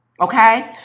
okay